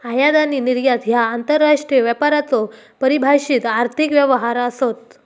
आयात आणि निर्यात ह्या आंतरराष्ट्रीय व्यापाराचो परिभाषित आर्थिक व्यवहार आसत